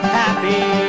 happy